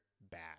bad